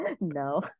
no